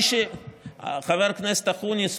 חבר כנסת אקוניס,